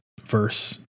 verse